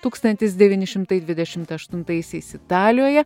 tūkstantis devyni šimtai dvidešimt aštuntaisiais italijoje